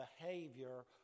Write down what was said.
behavior